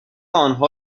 آنها